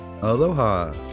Aloha